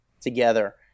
together